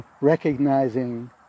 recognizing